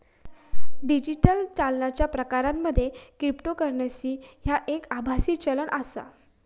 digital चालनाच्या प्रकारांमध्ये cryptocurrency ह्या एक आभासी चलन आसा